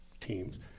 teams